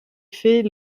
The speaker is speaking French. fait